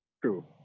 True